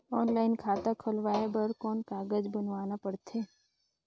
Online खाता खुलवाय बर कौन कागज बनवाना पड़थे?